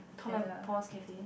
Tom and Paul's Cafe